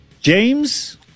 James